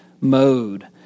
mode